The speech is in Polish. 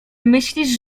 myślisz